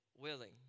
willing